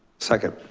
second.